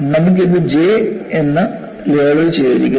നമുക്ക് ഇത് J എന്ന് ലേബൽ ചെയ്തിരിക്കുന്നു